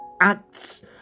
Acts